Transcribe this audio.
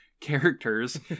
characters